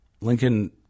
Lincoln